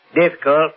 difficult